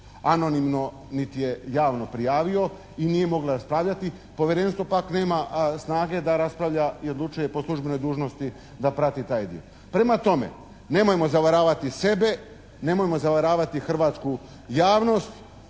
anonimno niti je javno prijavio i nije moglo raspravljati. Povjerenstvo pak nema snage da raspravlja i odlučuje po službenoj dužnosti da prati taj dio. Prema tome, nemojmo zavaravati sebe, nemojmo zavaravati hrvatsku javnost.